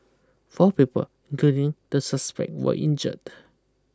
four people including the suspect were injured